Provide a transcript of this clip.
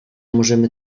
możemy